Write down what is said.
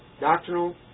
doctrinal